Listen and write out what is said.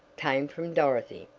came from dorothy.